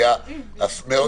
היו מאות אלפי בידודים.